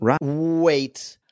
Wait